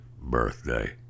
birthday